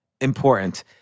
important